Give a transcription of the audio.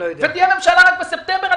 ותהיה ממשלה רק בספטמבר.